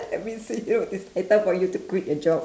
I mean sit here like this better for you to quit the job